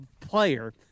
player